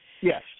Yes